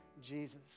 Jesus